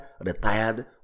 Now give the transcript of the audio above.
retired